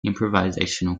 improvisational